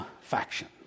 faction